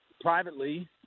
privately